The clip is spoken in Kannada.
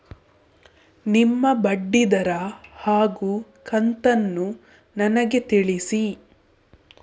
ನಿಮ್ಮ ಬಡ್ಡಿದರ ಹಾಗೂ ಕಂತನ್ನು ನನಗೆ ತಿಳಿಸಿ?